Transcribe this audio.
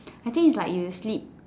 I think is like you sleep